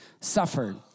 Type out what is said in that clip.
suffered